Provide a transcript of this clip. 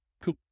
Cool